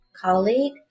colleague